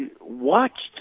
watched